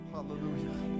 Hallelujah